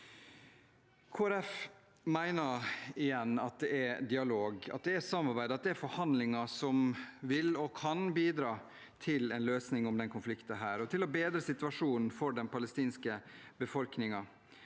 mener – igjen – at det er dialog, samarbeid og forhandlinger som vil og kan bidra til en løsning på denne konflikten, og til å bedre situasjonen for den palestinske befolkningen.